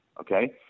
okay